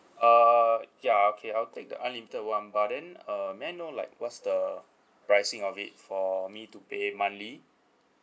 uh ya okay I'll take the unlimited [one] but then uh may I know like what's the pricing of it for me to pay monthly